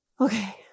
Okay